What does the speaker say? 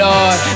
Lord